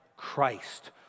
Christ